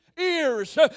ears